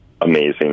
amazing